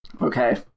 Okay